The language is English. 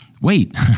Wait